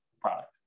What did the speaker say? product